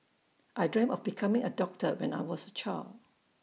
I dreamt of becoming A doctor when I was A child